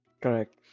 Correct